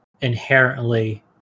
inherently